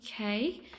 Okay